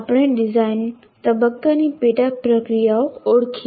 આપણે ડિઝાઇન તબક્કાની પેટા પ્રક્રિયાઓ ઓળખી